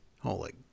Holy